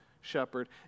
shepherd